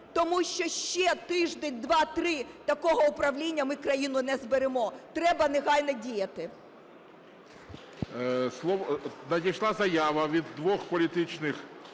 тому що ще тиждень, два, три такого управління - ми країну не зберемо. Треба негайно діяти.